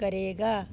ਕਰੇਗਾ